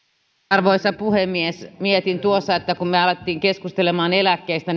arvoisa puhemies mietin tuossa kun me aloimme keskustelemaan eläkkeistä